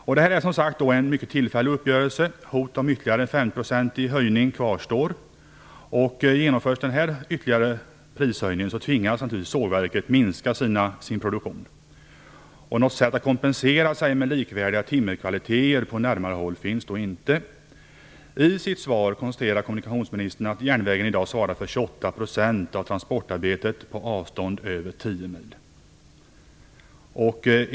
Det här är som sagt en mycket tillfällig uppgörelse. Hotet om en ytterligare höjning på 5 % kvarstår. Genomförs den ytterligare prishöjningen tvingas sågverket naturligtvis att minska sin produktion. Något sätt att kompensera sig med likvärdiga timmerkvaliteter på närmare håll finns inte. I sitt svar konstaterar kommunikationsministern att järnvägen i dag svarar för 28 % av transportarbetet på avstånd över 10 mil.